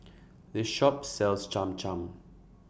The Shop sells Cham Cham